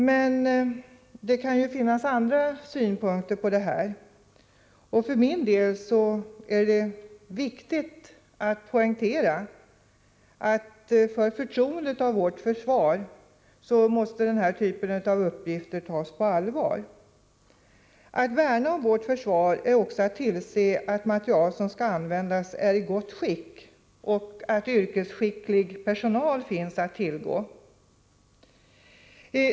Det kan emellertid finnas andra synpunkter på detta, och för min del vill jag poängtera att det är viktigt för förtroendet för vårt försvar att den här typen av uppgifter tas på allvar. Att värna om vårt försvar är också att tillse att materiel som skall användas är i gott skick och att yrkesskicklig personal finns att tillgå.